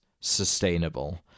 sustainable